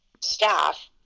staff